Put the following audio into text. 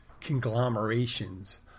conglomerations